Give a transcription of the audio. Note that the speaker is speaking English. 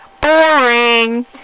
Boring